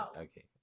Okay